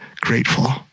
grateful